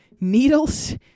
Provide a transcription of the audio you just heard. needles